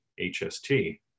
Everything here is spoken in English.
HST